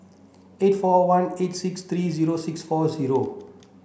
eight four one eight six three zero six four zero